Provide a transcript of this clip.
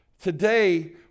today